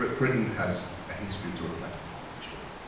but britain has a history to reflect upon for sure.